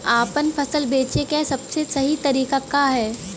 आपन फसल बेचे क सबसे सही तरीका का ह?